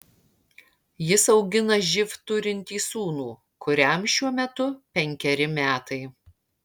jis augina živ turintį sūnų kuriam šiuo metu penkeri metai